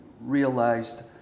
realized